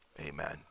Amen